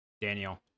Daniel